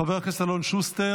חבר הכנסת נסים ואטורי,